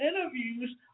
interviews